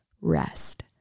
rest